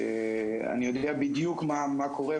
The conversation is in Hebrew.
אני יודע בדיוק מה קורה,